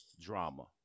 drama